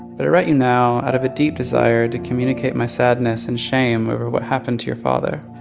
but i write you now out of a deep desire to communicate my sadness and shame over what happened to your father.